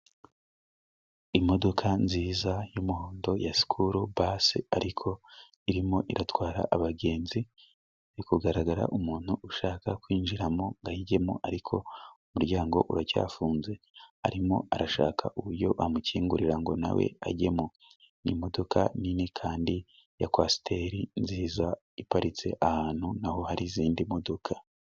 Imodoka nziza y'umuhondo ya skurubasi, ariko irimo iratwara abagenzi biri kugaragara umuntu ushaka kwinjiramo ngo ayijyemo, ariko umuryango uracyafunze arimo arashaka uburyo bamukingurira ngo na we ajyemo. Ni imodoka nini kandi ya kwasiteri nziza iparitse ahantu na ho hari izindi modoka.